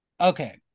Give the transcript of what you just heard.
Okay